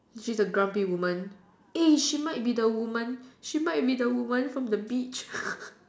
see the grumpy woman eh she might be the woman she might be the woman from the beach